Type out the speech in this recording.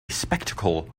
spectacle